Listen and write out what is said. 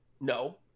No